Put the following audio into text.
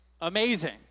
amazing